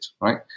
right